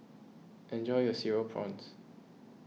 enjoy your Cereal Prawns